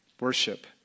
worship